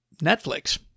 Netflix